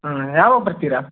ಹಾಂ ಯಾವಾಗ ಬರ್ತೀರ